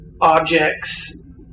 objects